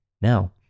Now